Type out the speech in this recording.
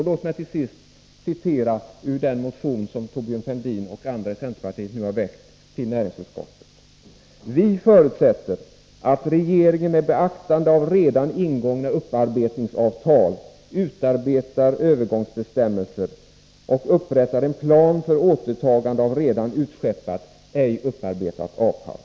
Låt mig till sist citera ur den motion som Thorbjörn Fälldin och andra i centerpartiet nu har väckt till näringsutskottet: ”Vi förutsätter att regeringen med beaktande av redan ingångna upparbetningsavtal utarbetar övergångsbestämmelser och upprättar en plan för återtagande av redan utskeppat ej upparbetat avfall.”